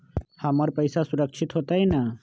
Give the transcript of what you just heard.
हमर पईसा सुरक्षित होतई न?